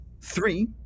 Three